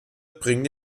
bringen